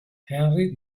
henri